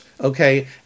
okay